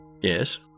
Yes